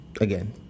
again